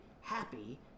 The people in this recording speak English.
happy